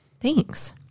thanks